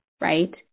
right